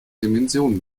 dimension